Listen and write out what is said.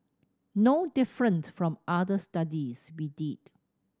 no different from other studies we did